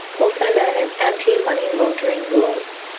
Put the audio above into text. also known as anti money laundering rules.